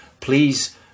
please